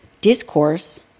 discourse